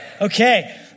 Okay